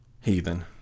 heathen